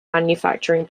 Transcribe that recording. manufacturing